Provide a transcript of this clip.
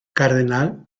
cardenal